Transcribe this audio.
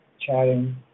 chatting